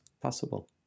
possible